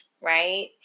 right